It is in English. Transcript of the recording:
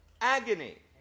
agony